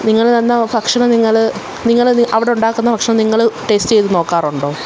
നിങ്ങള് തന്ന ഭക്ഷണം നിങ്ങള് നിങ്ങളവിടെ ഉണ്ടാക്കുന്ന ഭക്ഷണം നിങ്ങള് ടേസ്റ്റ് ചെയ്ത് നോക്കാറുണ്ടോ